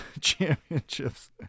championships